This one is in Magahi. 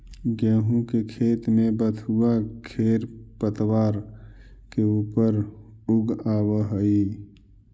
गेहूँ के खेत में बथुआ खेरपतवार के ऊपर उगआवऽ हई